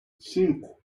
cinco